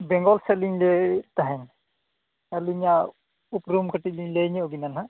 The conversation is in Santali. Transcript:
ᱵᱮᱝᱜᱚᱞ ᱥᱮᱫ ᱞᱤᱧ ᱞᱟᱹᱭᱮᱫ ᱛᱟᱦᱮᱸ ᱟᱹᱞᱤᱧᱟᱜ ᱩᱯᱨᱩᱢ ᱠᱟᱹᱴᱤᱡ ᱞᱤᱧ ᱞᱟᱹᱭ ᱧᱚᱜ ᱮᱱᱟ ᱦᱟᱸᱜ